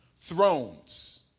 thrones